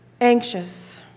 anxious